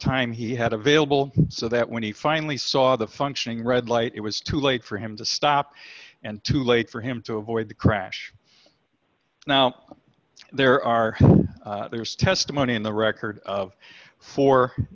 time he had available so that when he finally saw the functioning red light it was too late for him to stop and too late for him to avoid the crash now there are there is testimony in the record four